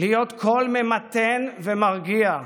להיות קול ממתן ומרגיע,